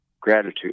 gratitude